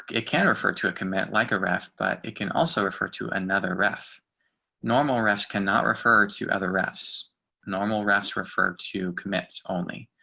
it can refer to a combat like a raft, but it can also refer to another ref normal refs cannot refer to other refs normal rafts referred to commits only,